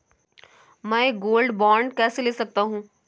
मैं gold bond कैसे ले सकता हूँ?